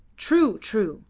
true! true!